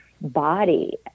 body